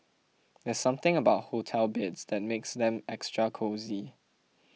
there's something about hotel beds that makes them extra cosy